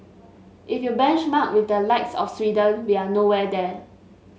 if you benchmark with the likes of Sweden we're nowhere there